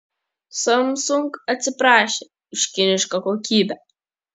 samsung atsiprašė už kinišką kokybę